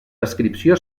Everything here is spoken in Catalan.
descripció